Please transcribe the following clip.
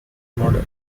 model